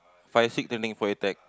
five six turning for attack